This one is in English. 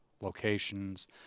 locations